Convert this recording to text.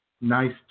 nice